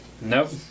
Nope